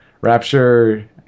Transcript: Rapture